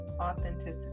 authenticity